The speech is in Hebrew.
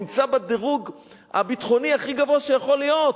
נמצא בדירוג הביטחוני הכי גבוה שיכול להיות,